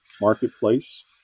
marketplace